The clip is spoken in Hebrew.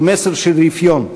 הוא מסר של רפיון,